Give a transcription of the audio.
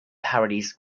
parodies